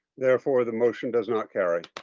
therefore the motion does not carry.